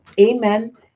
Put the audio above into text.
Amen